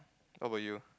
how about you